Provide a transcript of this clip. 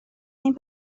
این